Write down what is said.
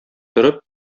торып